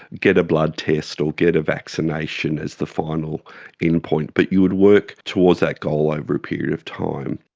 get a blood test or get a vaccination as the final endpoint, but you would work towards that goal over a period of time.